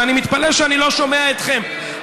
ואני מתפלא שאני לא שומע אתכם,